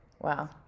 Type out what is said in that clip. Wow